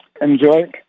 Enjoy